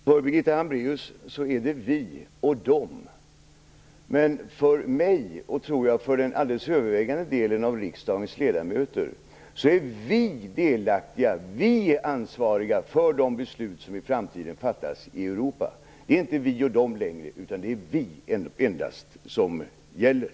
Herr talman! För Birgitta Hambraeus handlar det om vi och dom. Men för mig och för den övervägande delen av riskdagens ledamöter blir vi delaktiga i och ansvariga för de beslut som i framtiden fattas i Europa. Det är inte längre vi och dom, utan det är endast vi som gäller.